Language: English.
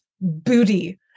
booty